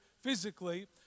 physically